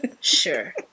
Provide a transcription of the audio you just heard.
Sure